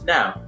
Now